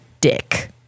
dick